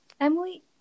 Emily